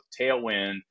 tailwind